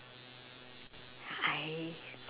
I